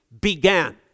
began